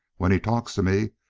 when he talks to me,